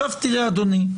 תראה אדוני.